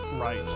right